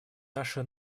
наши